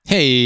Hey